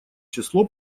число